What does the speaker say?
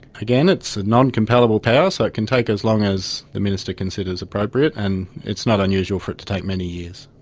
again, it's a non-compellable power, so it can take as long as the minister considers appropriate, and it's not unusual for it to take many years.